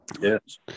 Yes